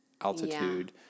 altitude